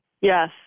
Yes